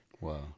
Wow